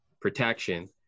protection